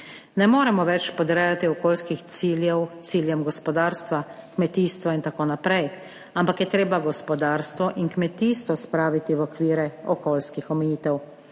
Ne moremo več podrejati okoljskih ciljev ciljem gospodarstva, kmetijstva in tako naprej, ampak je treba gospodarstvo in kmetijstvo spraviti v okvire okoljskih omejitev.